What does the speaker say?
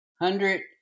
hundred